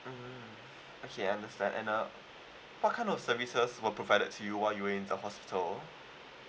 mm okay understand and uh what kind of services were provided to you while you are in the hospital